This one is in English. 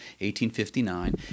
1859